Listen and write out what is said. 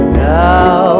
now